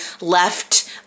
left